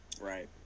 Right